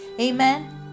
Amen